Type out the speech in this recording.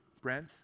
Brent